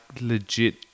legit